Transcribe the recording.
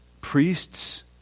priests